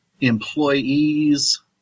employees